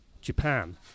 Japan